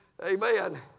Amen